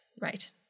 Right